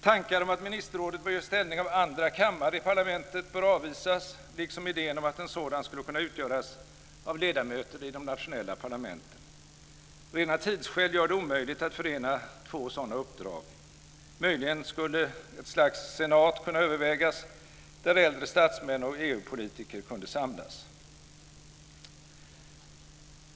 Tankar om att ministerrådet bör ges ställning av andra kammare i parlamentet bör avvisas, liksom idéer om att en sådan skulle kunna utgöras av ledamöter i de nationella parlamenten. Rena tidsskäl gör det omöjligt att förena två sådana uppdrag. Möjligen skulle ett slags senat kunna övervägas, där äldre statsmän och EU-politiker kunde samlas.